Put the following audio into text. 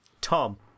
Tom